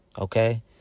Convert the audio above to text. Okay